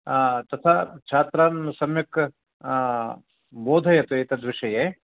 तथा छात्रान् सम्यक् बोधयतु एतद्विषये